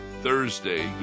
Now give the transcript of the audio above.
Thursday